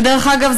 ודרך אגב,